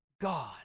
God